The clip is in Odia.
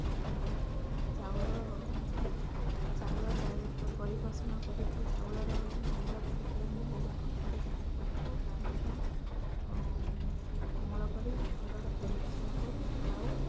ଏପରି ଚାଉଳ ଚାଉଳ ଚା ପରିପୋଷଣ କରିକି ଚାଉଳର ଅମଳ କରିକି ଆମେ ବହୁତ କଷ୍ଟରେ ଚାଷ କରିଥାଉ ତା ମଧ୍ୟ ଅମଳ କରି ଘରର ପରିପୋଷଣ କରୁ ଖାଉ